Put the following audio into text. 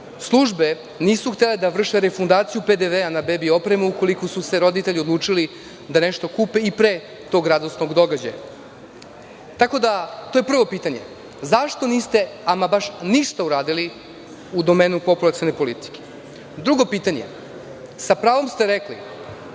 službe nisu htele da vrše refundaciju PDV na bebi opremu ukoliko su se roditelji odlučili da kupe i pre tog radosnog događaja. Tako da, to je prvo pitanje, zašto niste ama baš ništa uradili u domenu populacione politike? Drugo pitanje, sa pravom ste rekli,